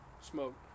smoke